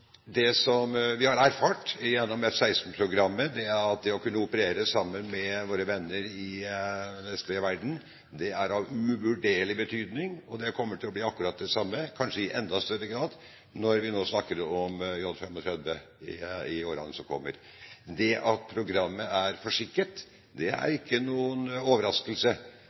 Det som vi har erfart gjennom F-16-programmet, er at det å kunne operere sammen med våre venner i den vestlige verden er av uvurderlig betydning, og det kommer til å bli akkurat det samme – kanskje i enda større grad – når vi nå snakker om F-35 i årene som kommer. Det at programmet er forsinket, er ikke noen overraskelse.